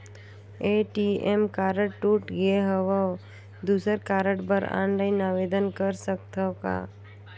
ATM card टूट गे हववं दुसर कारड बर ऑनलाइन आवेदन कर सकथव का?